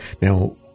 Now